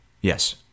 Yes